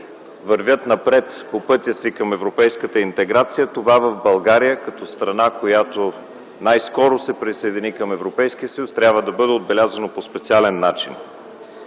вървят напред по пътя си към европейската интеграция, това в България като страна, която най-скоро се присъедини към Европейския съюз, трябва да бъде отбелязано по специален начин.